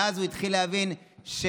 ואז הוא התחיל להבין שאין